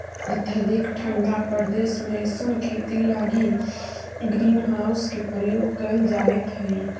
अत्यधिक ठंडा प्रदेश में अइसन खेती लगी ग्रीन हाउस के प्रयोग कैल जाइत हइ